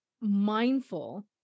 mindful